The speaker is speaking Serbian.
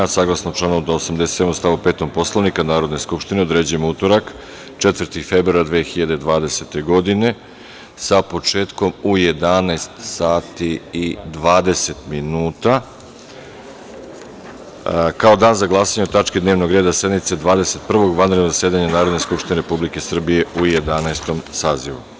Saglasno članu 87. stav 5. Poslovnika Narodne skupštine, određujem utorak, 4. februar 2020. godine, sa početkom u 11.20 časova, kao dan za glasanje o tački dnevnog reda sednice Dvadeset prvog vanrednog zasedanja Narodne skupštine Republike Srbije u Jedanaestom sazivu.